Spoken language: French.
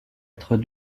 être